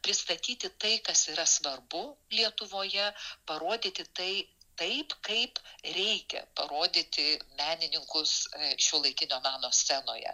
pristatyti tai kas yra svarbu lietuvoje parodyti tai taip kaip reikia parodyti menininkus šiuolaikinio meno scenoje